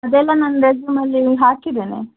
ಅದೆಲ್ಲ ನಾನು ರೆಸೂಮಲ್ಲಿ ಹಾಕಿದ್ದೇನೆ